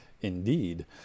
Indeed